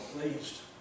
pleased